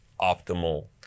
optimal